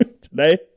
Today